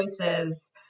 choices